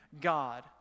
God